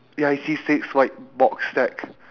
ya I see six white box stack